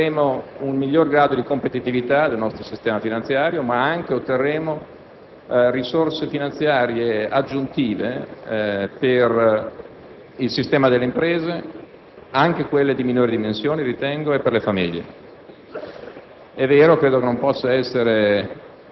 e le famiglie. Quindi, a mio avviso otterremo non solo un migliore grado di competitività del nostro sistema finanziario ma anche risorse finanziarie aggiuntive per il sistema delle imprese, anche per quelle di minori dimensioni, e per le famiglie.